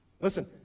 Listen